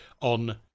on